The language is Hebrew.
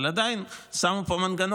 אבל עדיין, שמו פה מנגנון,